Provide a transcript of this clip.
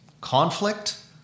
Conflict